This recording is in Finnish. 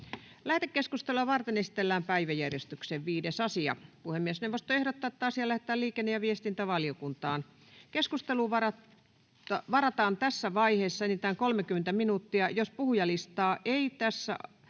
Lähetekeskustelua varten esitellään päiväjärjestyksen 5. asia. Puhemiesneuvosto ehdottaa, että asia lähetetään liikenne- ja viestintävaliokuntaan. Keskusteluun varataan tässä vaiheessa enintään 30 minuuttia. Jos puhujalistaa ei tässä